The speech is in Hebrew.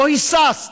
לא היססת.